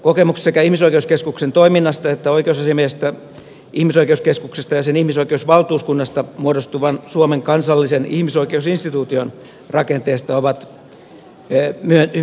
kokemukset sekä ihmisoikeuskeskuksen toiminnasta että oikeusasiamiehestä ihmisoikeuskeskuksesta ja sen ihmisoikeusvaltuuskunnasta muodostuvan suomen kansallisen ihmisoikeusinstituution rakenteesta ovat hyvin myönteisiä